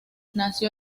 nació